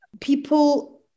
People